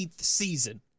season